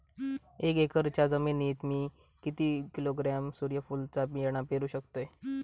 एक एकरच्या जमिनीत मी किती किलोग्रॅम सूर्यफुलचा बियाणा पेरु शकतय?